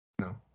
No